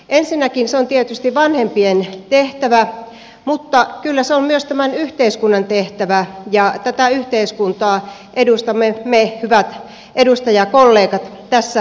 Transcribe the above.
ensinnäkin se on tietysti vanhempien tehtävä mutta kyllä se on myös tämän yhteiskunnan tehtävä ja tätä yhteiskuntaa edustamme me hyvät edustajakollegat tässä eduskunnassa